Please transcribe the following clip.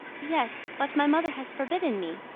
yes but my mother has forbidden me.